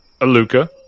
Aluka